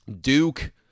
Duke